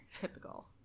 typical